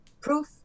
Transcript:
proof